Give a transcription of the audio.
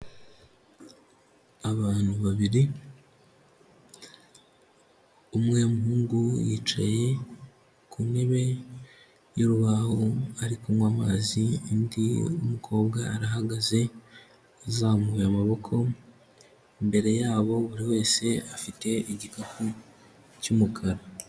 Abantu babiri umwe w'umuhungu yicaye ku ntebe y'urubaho ari kunywa amazi, undi w'umukobwa arahagaze, azamuye amaboko, imbere yabo buri wese afite igikapu cy'umukara.